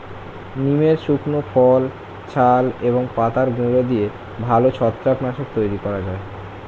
নিমের শুকনো ফল, ছাল এবং পাতার গুঁড়ো দিয়ে ভালো ছত্রাক নাশক তৈরি করা যায়